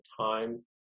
time